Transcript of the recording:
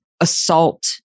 assault